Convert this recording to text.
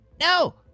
No